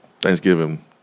Thanksgiving